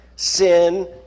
Sin